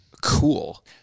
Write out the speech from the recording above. Cool